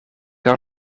had